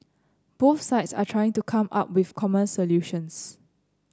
both sides are trying to come up with common solutions